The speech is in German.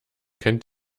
kennt